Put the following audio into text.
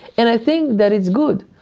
and i think that it's good,